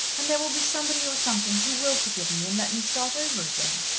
and there will be somebody or something who will forgive me, and let me start over again.